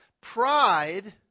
Pride